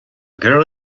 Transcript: girl